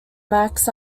max